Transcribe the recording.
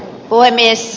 puhemies